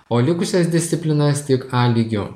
o likusias disciplinas tik a lygiu